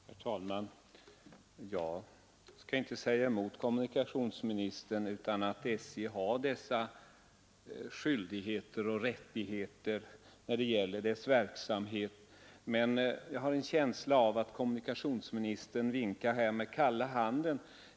Herr talman! Jag skall inte säga emot kommunikationsministern när det gäller de skyldigheter och rättigheter SJ har beträffande verksamheten, men jag har en känsla av att kommunikationsministern vinkar med kalla handen.